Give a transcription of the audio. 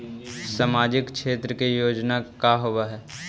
सामाजिक क्षेत्र के योजना का होव हइ?